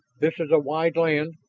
this is a wide land,